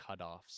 cutoffs